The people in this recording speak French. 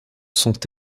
sont